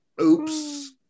oops